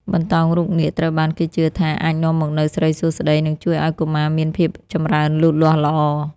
បណ្ដោងរូបនាគត្រូវបានគេជឿថាអាចនាំមកនូវសិរីសួស្តី និងជួយឱ្យកុមារមានភាពចម្រើនលូតលាស់ល្អ។